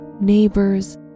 neighbors